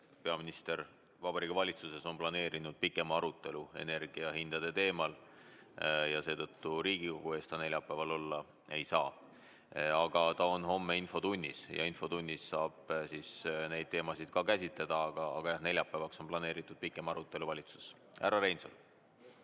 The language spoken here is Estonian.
peaminister Vabariigi Valitsuses planeerinud pikema arutelu energiahindade teemal. Seetõttu ta Riigikogu ees neljapäeval olla ei saa. Aga ta on homme infotunnis ja seal saab neid teemasid käsitleda, kuid neljapäevaks on planeeritud pikem arutelu valitsuses. Härra Reinsalu.